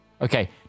Okay